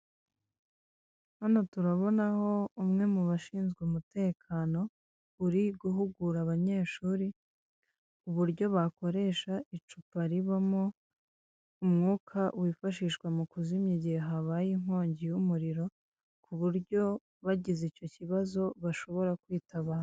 Hano turabona aho umwe mu bashinzwe umutekano uri guhugura abanyeshuri, uburyo bakoresha icupa ribamo umwuka wifashishwa mu kuzimya igihe habaye inkongi y'umuriro, ku buryo bagize icyo kibazo bashobora kwitabara.